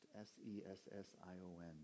s-e-s-s-i-o-n